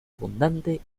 abundante